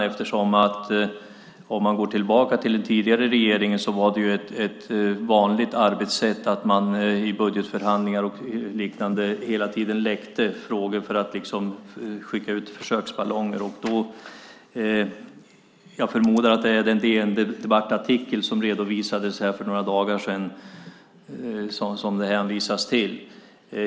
Går man tillbaka till den tidigare regeringen var det ett vanligt arbetssätt att man i budgetförhandlingar och liknande hela tiden läckte frågor för att skicka ut försöksballonger. Jag förmodar att det är den artikel på DN Debatt som redovisades här för några dagar sedan som det hänvisas till.